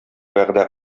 вәгъдә